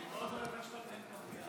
באמצע מליאה.